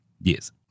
Yes